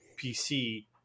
PC